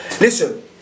Listen